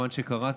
כמובן שקראתי,